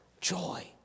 joy